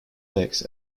legs